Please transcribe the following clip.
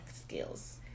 skills